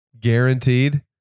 guaranteed